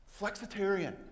Flexitarian